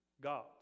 god